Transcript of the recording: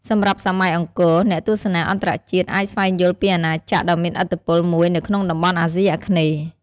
សម្រាប់សម័យអង្គរ អ្នកទស្សនាអន្តរជាតិអាចស្វែងយល់ពីអាណាចក្រដ៏មានឥទ្ធិពលមួយនៅក្នុងតំបន់អាស៊ីអាគ្នេយ៍។